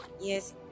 yes